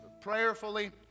prayerfully